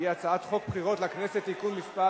שהיא הצעת חוק הבחירות לכנסת (תיקון מס'